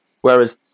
Whereas